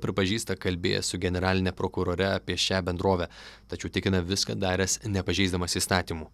pripažįsta kalbėjęs su generaline prokurore apie šią bendrovę tačiau tikina viską daręs nepažeisdamas įstatymų